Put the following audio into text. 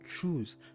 choose